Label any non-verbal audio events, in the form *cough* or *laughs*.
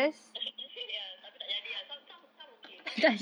*laughs* ya tapi tak jadi ah some some some okay some